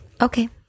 Okay